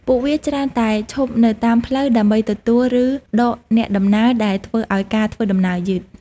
ពួកវាច្រើនតែឈប់នៅតាមផ្លូវដើម្បីទទួលឬដកអ្នកដំណើរដែលធ្វើឱ្យការធ្វើដំណើរយឺត។